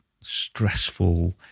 stressful